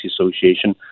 Association